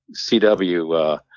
CW